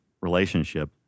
relationship